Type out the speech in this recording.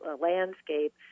landscape